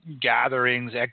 gatherings